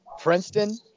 princeton